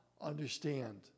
understand